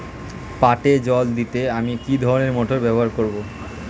পাটে জল দিতে আমি কি ধরনের মোটর ব্যবহার করব?